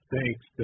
Thanks